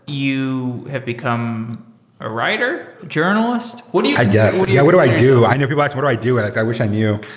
you have become a writer, journalist? what do you do? what do yeah what do i do? i know. people ask what do i do, and i wish i knew.